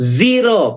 zero